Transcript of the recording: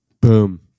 Boom